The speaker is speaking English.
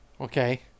Okay